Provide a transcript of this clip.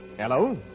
Hello